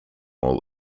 all